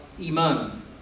iman